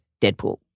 Deadpool